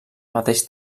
mateix